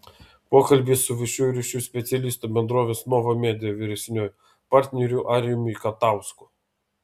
pokalbis su viešųjų ryšių specialistu bendrovės nova media vyresniuoju partneriu arijumi katausku